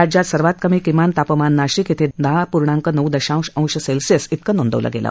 राज्यात सर्वात कमी किमान तापमान नाशिक इथं दहा पूर्णांक नऊ दशांश अंश सेल्सियस इतकं नोंदवलं गेलं